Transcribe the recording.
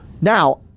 now